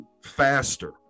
faster